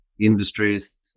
industries